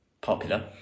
Popular